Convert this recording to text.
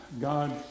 God